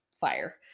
fire